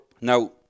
Now